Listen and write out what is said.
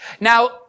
Now